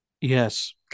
yes